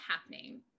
happening